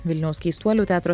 vilniaus keistuolių teatro